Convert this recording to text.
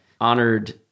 honored